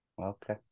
okay